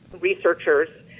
researchers